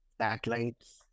satellites